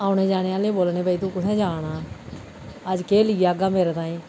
औन जाने आह्ले गी बोलने भाई तूं कुत्थै जा ना